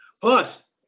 Plus